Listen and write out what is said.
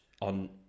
on